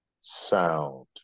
sound